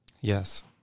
Yes